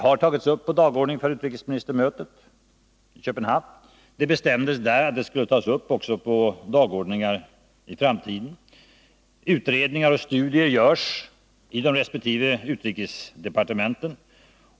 Frågan togs upp på dagordningen för utrikesministermötet i Köpenhamn. Det bestämdes där att de skulle tas upp också på dagordningar i framtiden. Utredningar och studier görs av de resp. utrikesdepartementen.